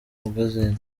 magazine